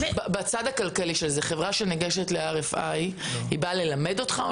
בצד הכלכלי חברה שניגשת ל-RFI באה ללמד אותך?